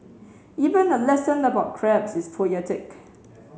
even a lesson about crabs is poetic